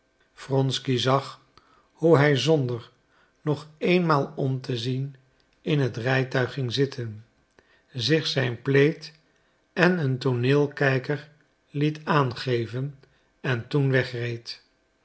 wronsky zag hoe hij zonder nog eenmaal om te zien in het rijtuig ging zitten zich zijn plaid en een toneelkijker liet aangeven en toen wegreed